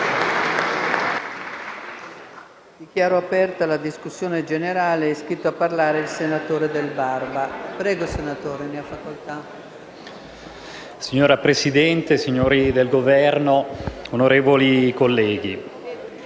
Signora Presidente, signori del Governo, onorevoli colleghi,